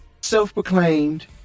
self-proclaimed